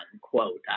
quote